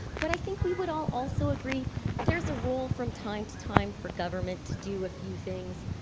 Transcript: but i think we would all also agree there's a role from time to time for government to do a few things.